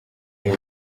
yera